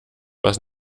was